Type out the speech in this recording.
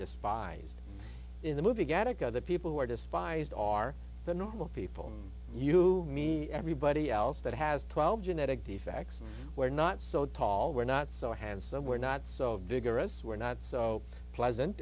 despised in the movie goetic other people who are despised are the normal people you me everybody else that has twelve genetic defects we're not so tall we're not so handsome we're not so vigorous we're not so pleasant